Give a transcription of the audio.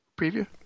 preview